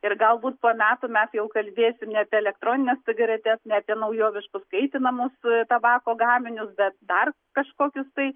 ir galbūt pe metų mes jau kalbėsim ne apie elektronines cigaretes ne apie naujoviškus kaitinamus tabako gaminius bet dar kažkokius tai